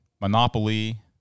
Monopoly